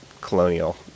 colonial